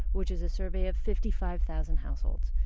which is a survey of fifty five thousand households.